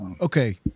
Okay